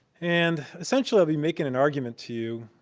and essentially, i'll be making an argument to you